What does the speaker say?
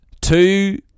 Two